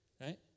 Right